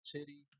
Titty